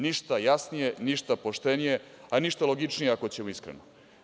Ništa jasnije, ništa poštenije, a ništa logičnije ako ćemo iskreno.